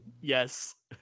Yes